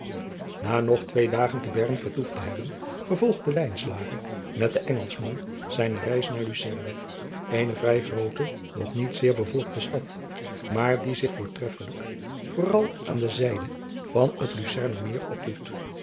na nog twee dagen te bern vertoefd te hebben vervolgde lijnslager met den engelschman zijne reis naar lucerne eene vrij groote doch niet zeer bevolkte stad maar die zich voortreffelijk vooral aan de zijde van het lucerner meer opdoet